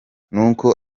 n’uko